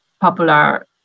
popular